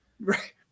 Right